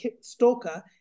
Stalker